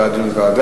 בעד דיון בוועדה,